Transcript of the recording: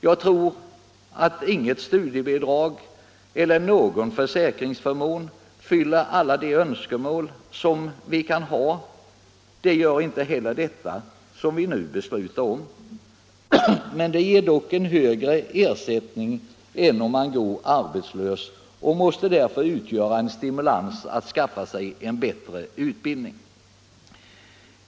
Jag tror inte att något studiebidrag eller någon försäkringsförmån fyller alla önskemål. Det gör icke heller det belopp som vi nu skall besluta om, men det ger dock en högre ersättning än om man går arbetslös och måste därför utgöra en stimulans att skaffa sig en bättre utbildning.